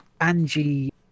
Angie